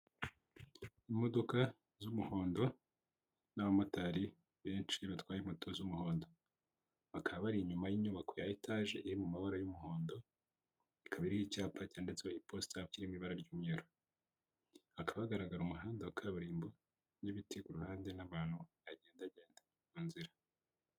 Imodoka z'umuhondo n'abamotari benshi batwara moto z'umuhondo bakaba bari inyuma y'inyubako ya etage iri mu mabara y'umuhondo ikaba iriho icyapa cyanditsweho iposita kiri mw,ibara ry'umweru hakaba hagaragara umuhanda wa kaburimbo n'ibiti kuhande n'abantu bagendagenda mu nzira.